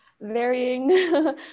varying